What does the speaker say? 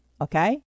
Okay